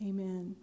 Amen